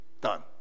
Done